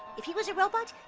if he was a robot,